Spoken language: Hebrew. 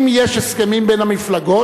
אם יש הסכמים בין המפלגות,